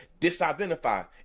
disidentify